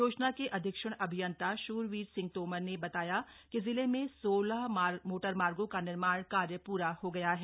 योजना के अधीक्षण अभियंता श्रवीर सिंह तोमर ने बताया कि जिले में सोलह मोटर मार्गों का निर्माण कार्य प्रा हो गया है